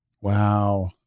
Wow